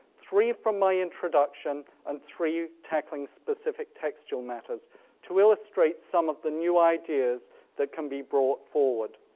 three from my introduction and three tackling specific textual matters to illustrate some of the new ideas that can be brought forward.